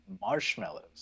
Marshmallows